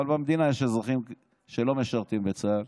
אבל במדינה יש אזרחים שלא משרתים בצה"ל.